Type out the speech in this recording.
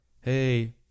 hey